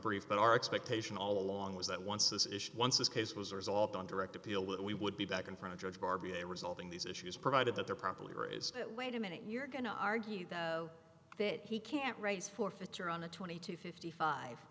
brief but our expectation all along was that once this issue once this case was resolved on direct appeal that we would be back in front of judge darby a resolving these issues provided that they're properly raised that wait a minute you're going to argue though that he can't raise forfeiture on the twenty dollars to fifty five